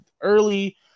early